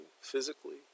physically